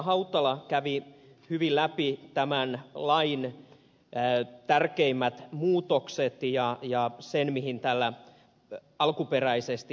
hautala kävi hyvin läpi tämän lain tärkeimmät muutokset ja sen mihin tällä alkuperäisesti tähdättiin